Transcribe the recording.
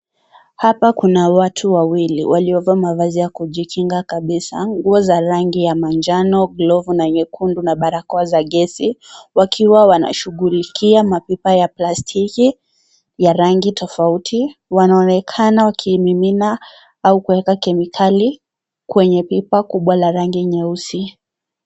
Hapa kuna watu wawili waliovaa mavazi ya kujikinga kabisa, nguo za rangi ya manjano, glovu na nyekundu na barakoa za gesi, wakiwa wanashughulikia mapipa ya plastiki ya rangi tofauti. Wanaonekana wakimimina au kuweka kemikali kwenye pipa kubwa la rangi nyeusi.